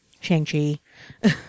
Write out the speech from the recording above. Shang-Chi